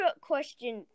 question